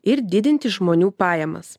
ir didinti žmonių pajamas